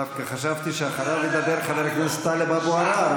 דווקא חשבתי שאחריו ידבר חבר הכנסת טלב או עראר,